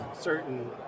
certain